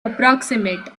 approximate